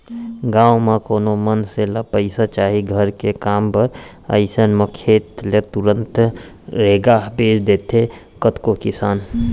गाँव म कोनो मनसे ल पइसा चाही घर के काम बर अइसन म खेत ल तुरते रेगहा बेंच देथे कतको किसान